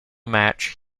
match